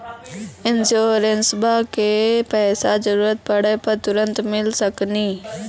इंश्योरेंसबा के पैसा जरूरत पड़े पे तुरंत मिल सकनी?